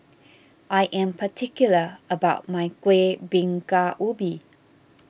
I am particular about my Kuih Bingka Ubi